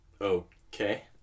okay